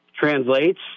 translates